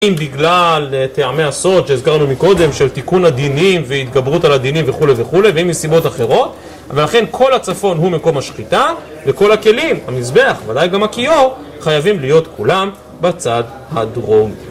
אם בגלל טעמי הסוד שהזכרנו מקודם של תיקון הדינים והתגברות על הדינים וכולי וכולי ואם מסיבות אחרות ואכן כל הצפון הוא מקום השחיטה וכל הכלים, המזבח ובוודאי גם הכיור חייבים להיות כולם בצד הדרומי